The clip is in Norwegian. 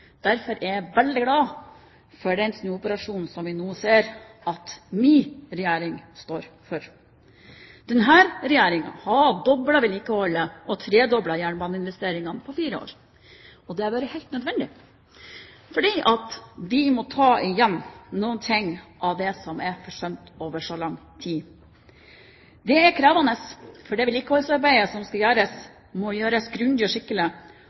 Derfor er jeg veldig glad for den snuoperasjonen som vi nå ser at min regjering står for. Denne regjeringen har doblet vedlikeholdet og tredoblet jernbaneinvesteringene på fire år. Det har vært helt nødvendig, for vi må ta igjen noe av det som har blitt forsømt over lang tid. Det er krevende, fordi det vedlikeholdsarbeidet som skal gjøres, må gjøres grundig og skikkelig,